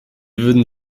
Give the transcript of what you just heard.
würden